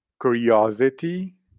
curiosity